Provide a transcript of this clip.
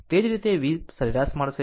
એ જ રીતે V સરેરાશ મળશે